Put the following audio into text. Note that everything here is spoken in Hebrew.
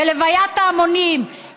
בהלוויית ההמונים,